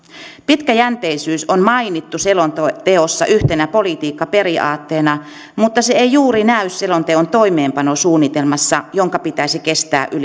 pitkäjänteisyys on mainittu selonteossa yhtenä politiikkaperiaatteena mutta se ei juuri näy selonteon toimeenpanosuunnitelmassa jonka pitäisi kestää yli